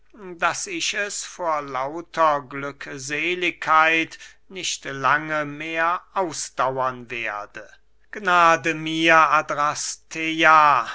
daß ich es vor lauter glückseligkeit nicht lange mehr ausdauern werde gnade mir